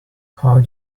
how